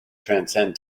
transcend